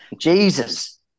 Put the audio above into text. Jesus